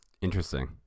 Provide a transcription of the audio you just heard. Interesting